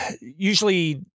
usually